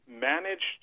managed